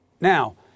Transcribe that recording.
Now